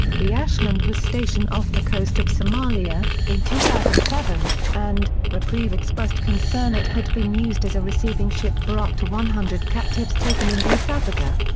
the ashland was stationed off the coast of somalia, in two thousand and seven, and, reprieve expressed concern it had been used as a receiving ship for up to one hundred captives taken in east africa.